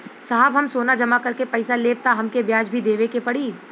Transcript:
साहब हम सोना जमा करके पैसा लेब त हमके ब्याज भी देवे के पड़ी?